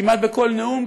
כמעט בכל נאום,